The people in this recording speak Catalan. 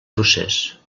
procés